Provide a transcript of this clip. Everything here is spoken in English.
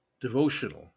devotional